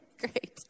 great